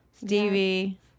Stevie